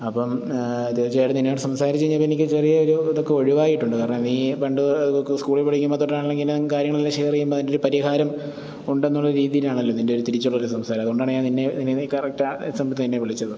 അപ്പം തീർച്ചയായിട്ടും നിന്നോട് സംസാരിച്ച് കഴിഞ്ഞപ്പം എനിക്ക് ചെറിയൊരു ഇതൊക്കെ ഒഴിവായിട്ടുണ്ട് കാരണം നീ പണ്ട് സ്കൂളിൽ പഠിക്കുമ്പോൾ തൊട്ടായാലും കാര്യങ്ങളെല്ലാം ഷെയർ ചെയ്യുമ്പം അതിന് ഒരു പരിഹാരം ഉണ്ടെന്നുള്ള രീതിയിലാണല്ലൊ നിന്റെ തിരിച്ചുള്ള ഒരു സംസാരം അതുകൊണ്ടാണ് ഞാൻ നിന്നെ നിന്നെ കറക്ട് ആ സമയത്ത് നിന്നെ വിളിച്ചത്